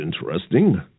interesting